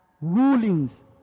rulings